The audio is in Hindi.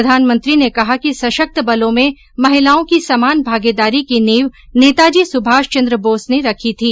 प्रधानमंत्री ने कहा कि सशक्त बलों में महिलाओं की समान भागीदारी की नींव नेताजी सुभाष चन्द्र बोस ने रखी थी